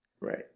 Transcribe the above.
right